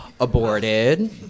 aborted